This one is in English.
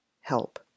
help